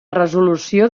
resolució